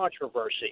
controversy